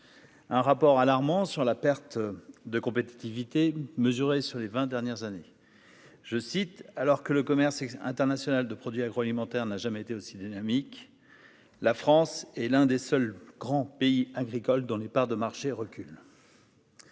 un rapport alarmant sur la perte de compétitivité mesurée sur les 20 dernières années, je cite, alors que le commerce international de produits agroalimentaires n'a jamais été aussi dynamique, la France est l'un des seuls grands pays agricoles dont les parts de marché recule.